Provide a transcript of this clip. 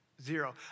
Zero